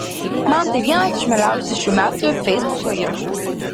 man tai vienas iš mieliausių šių metų feisbuko įrašų